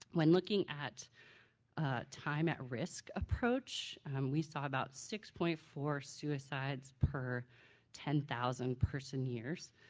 when looking at time at risk approach we saw about six point four suicides per ten thousand person years.